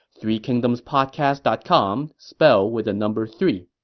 three kingdomspodcast dot com, spelled with the number three